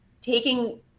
taking